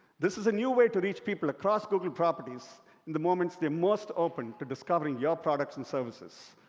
this is a new way to reach people across google properties in the moments they're most open to discovering your products and services,